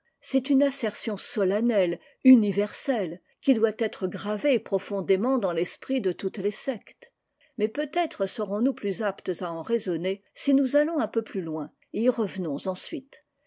c'est une assertion solennelle universelle qui doit être gravée profondément dans l'esprit de toutes les sectes mais peut-être serons-nous plus aptes à en raisonner si nous allons un peu plus loin et y revenons ensuite